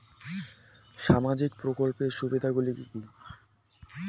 সামাজিক প্রকল্পের সুবিধাগুলি কি কি?